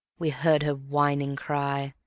we heard her whining cry,